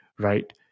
Right